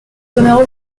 honneurs